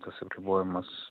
tas apribojamas